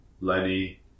Lenny